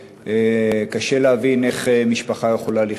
קשה להבין איך משפחה יכולה לחיות.